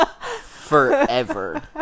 forever